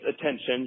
attention